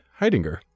Heidinger